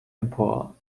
empor